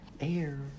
air